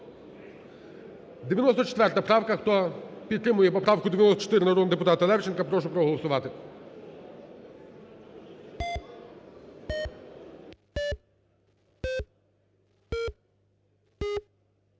94 правка. Хто підтримує поправку 94 народного депутата Левченка, прошу проголосувати.